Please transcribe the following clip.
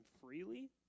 freely